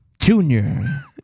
Junior